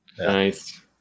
Nice